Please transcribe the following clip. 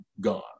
gone